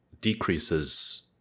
decreases